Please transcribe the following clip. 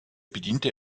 bediente